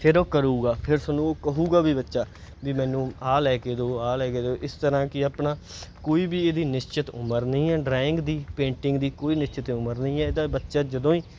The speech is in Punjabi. ਫੇਰ ਉਹ ਕਰੇਗਾ ਫੇਰ ਤੁਹਾਨੂੰ ਉਹ ਕਹੇਗਾ ਵੀ ਬੱਚਾ ਵੀ ਮੈਨੂੰ ਆਹ ਲੈ ਕੇ ਦਿਉ ਆਹ ਲੈ ਕੇ ਦਿਉ ਇਸ ਤਰ੍ਹਾਂ ਕਿ ਆਪਣਾ ਕੋਈ ਵੀ ਇਹਦੀ ਨਿਸ਼ਚਿਤ ਉਮਰ ਨਹੀਂ ਹੈ ਡਰਾਇੰਗ ਦੀ ਪੇਂਟਿੰਗ ਦੀ ਕੋਈ ਨਿਸ਼ਚਿਤ ਉਮਰ ਨਹੀਂ ਹੈ ਇਹ ਤਾਂ ਬੱਚਾ ਜਦੋਂ ਹੀ